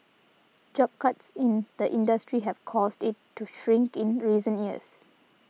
job cuts in the industry have caused it to shrink in recent years